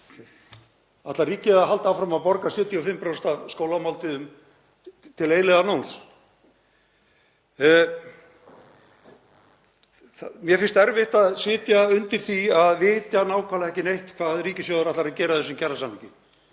Ætlar ríkið að halda áfram að borga 75% af skólamáltíðum til eilífðarnóns? Mér finnst erfitt að sitja undir því að vita nákvæmlega ekki neitt hvað ríkissjóður ætlar að gera í þessum kjarasamningi.